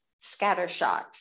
scattershot